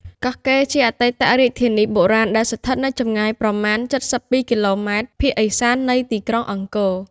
កោះកេរជាអតីតរាជធានីបុរាណ្យដែលស្ថិតនៅចម្ងាយប្រមាណ ៧២ គីឡូម៉ែត្រ ភាគឥសាននៃទីក្រុងអង្គ។